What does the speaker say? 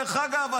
דרך אגב,